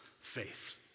faith